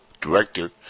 director